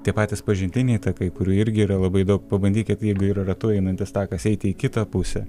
tie patys pažintiniai takai kurių irgi yra labai daug pabandykit jeigu yra ratu einantis takas eiti į kitą pusę